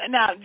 Now